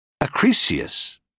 Acrisius